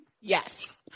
Yes